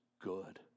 good